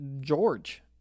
George